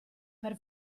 per